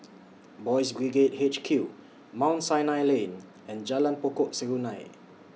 Boys' Brigade H Q Mount Sinai Lane and Jalan Pokok Serunai